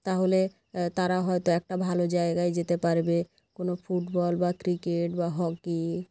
তাহলে তারা হয়তো একটা ভালো জায়গায় যেতে পারবে কোনও ফুটবল বা ক্রিকেট বা হকি